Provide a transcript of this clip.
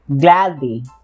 gladly